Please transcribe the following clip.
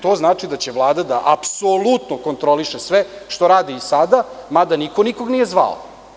To znači da će Vlada da apsolutno kontroliše sve što radi i sada, mada niko nikog nije zvao.